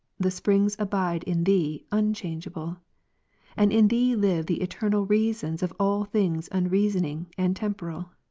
the springs abide in thee unchangeable and in thee live the eternal reasons of all things unreasoning and tem poral.